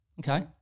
Okay